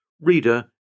Reader